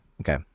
Okay